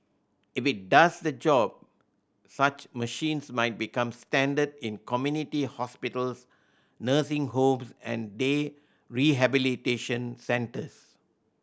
if it does the job such machines might become standard in community hospitals nursing homes and day rehabilitation centres